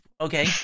Okay